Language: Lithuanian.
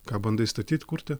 ką bandai statyt kurti